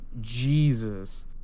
Jesus